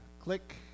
Click